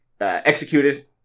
Executed